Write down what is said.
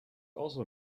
also